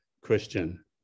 Christian